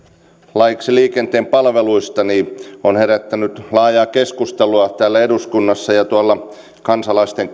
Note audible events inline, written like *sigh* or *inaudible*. laeiksi liikenteen palveluista on herättänyt laajaa keskustelua täällä eduskunnassa ja kansalaisten *unintelligible*